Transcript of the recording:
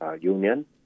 Union